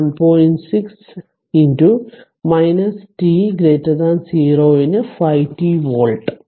6 t 0 ന് 5 t volt